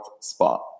spot